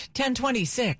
1026